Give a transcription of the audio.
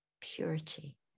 purity